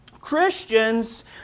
Christians